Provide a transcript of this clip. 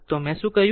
તો મેં શું કહ્યું